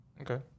Okay